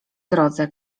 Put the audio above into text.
drodze